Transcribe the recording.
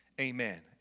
amen